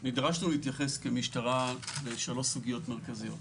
נדרשנו כמשטרה להתייחס לשלוש סוגיות מרכזיות,